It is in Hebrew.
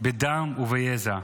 בדם וביזע,